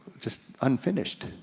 just unfinished.